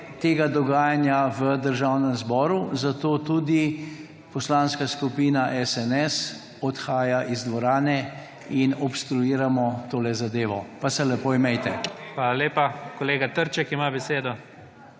tega dogajanja v Državnem zboru, zato tudi Poslanska skupina SNS odhaja iz dvorane in obstruiramo to zadevo. Pa se lepo imejte. PREDSEDNIK IGOR ZORČIČ: Hvala lepa. Kolega Trček ima besedo